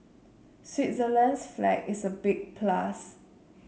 Switzerland's flag is a big plus